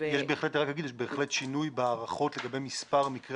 יש בהחלט שינוי בהערכות לגבי מספר מקרי